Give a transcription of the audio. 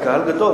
זה קהל גדול,